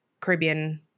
Caribbean